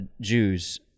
Jews